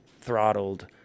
throttled